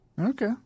Okay